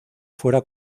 fuera